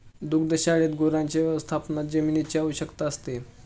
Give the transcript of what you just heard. दुग्धशाळेत गुरांच्या व्यवस्थापनात जमिनीची आवश्यकता असते